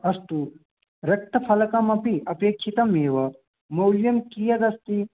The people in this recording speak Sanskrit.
अस्तु रक्तफलकम् अपि अपेक्षितम् एव मौल्यं कियद् अस्ति